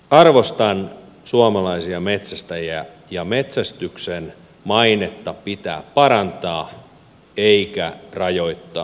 arvostan suomalaisia metsästäjiä ja metsästyksen mainetta pitää parantaa eikä rajoittaa